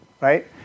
right